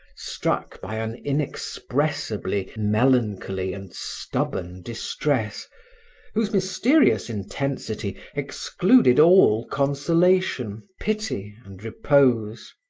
struck by an inexpressibly melancholy and stubborn distress whose mysterious intensity excluded all consolation, pity and repose.